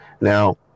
Now